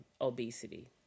obesity